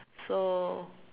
so